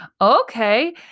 Okay